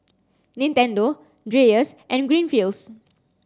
Nintendo Dreyers and Greenfields